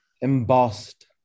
embossed